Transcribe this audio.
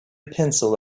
pencil